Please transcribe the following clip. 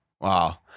Wow